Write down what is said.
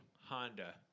Honda